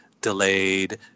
delayed